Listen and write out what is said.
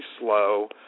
slow